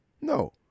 No